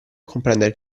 comprendere